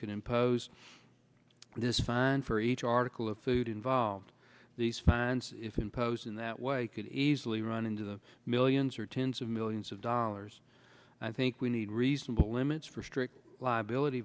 could impose this fine for each article of food involved these fines if imposed in that way could easily run into the millions or tens of millions of dollars i think we need reasonable limits for strict liability